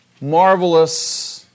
marvelous